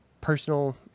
personal